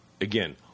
again